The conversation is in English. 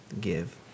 give